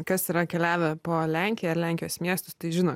kas yra keliavę po lenkiją ir lenkijos miestus tai žino